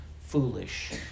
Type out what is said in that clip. foolish